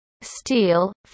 Steel